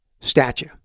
Statue